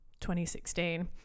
2016